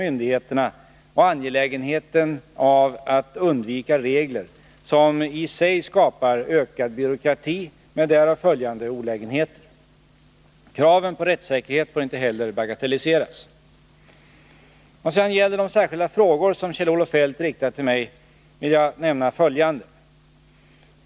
myndigheterna och angelägenheten av att undvika regler som i sig skapar ökad byråkrati med därav följande olägenheter. Kraven på rättssäkerhet får inte heller bagatelliseras. Vad sedan gäller de särskilda frågor som Kjell-Olof Feldt riktat till mig vill jag nämna följande.